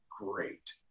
great